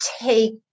take